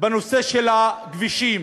בנושא של הכבישים.